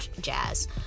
jazz